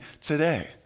today